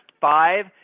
five